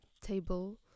table